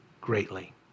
greatly